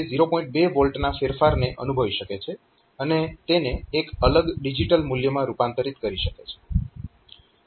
2 V ના ફેરફારને અનુભવી શકે છે અને તેને એક અલગ ડિજીટલ મૂલ્યમાં રૂપાંતરીત કરી શકે છે